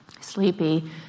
sleepy